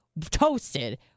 toasted